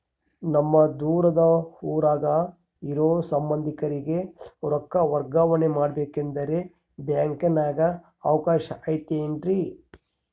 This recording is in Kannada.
ನಮ್ಮ ದೂರದ ಊರಾಗ ಇರೋ ಸಂಬಂಧಿಕರಿಗೆ ರೊಕ್ಕ ವರ್ಗಾವಣೆ ಮಾಡಬೇಕೆಂದರೆ ಬ್ಯಾಂಕಿನಾಗೆ ಅವಕಾಶ ಐತೇನ್ರಿ?